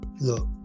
look